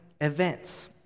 events